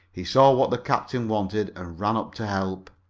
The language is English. he saw what the captain wanted and ran up to help.